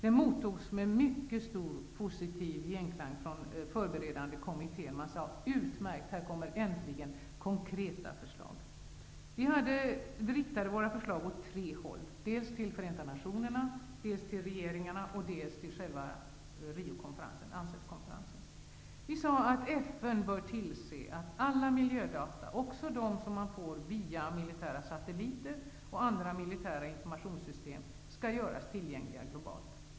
Rapporten gav en mycket positiv genklang hos konferensens förberedande kommitté. Man sade: Utmärkt! Här kommer äntligen konkreta förslag. Förslagen riktades åt tre håll: Förenta nationerna, regeringarna och Vi sade att FN bör tillse att alla miljödata, också dem som man får via militära satelliter och andra militära informationssystem, skall göras tillgängliga globalt.